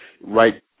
right